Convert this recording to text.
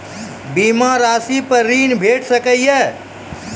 बीमा रासि पर ॠण भेट सकै ये?